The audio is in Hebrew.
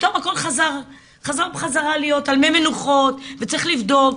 פתאום הכל חזר בחזרה להיות על מי מנוחות וצריך לבדוק,